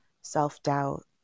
self-doubt